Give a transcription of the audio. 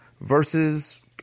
versus